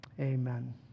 amen